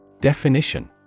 Definition